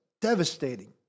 devastating